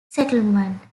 settlement